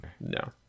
no